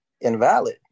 invalid